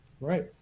Right